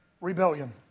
rebellion